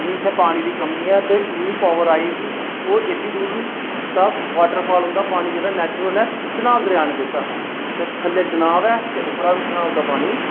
मिं इत्थै पानी दी कमी ऐ ते उप्परा पाबर आई ही हुन इत्थै बाटर फाल औंदा चनाव दरेआ ने दित्ता हा थल्लै चनाव ऐ ते उप्पारं बी चनाव दा पानी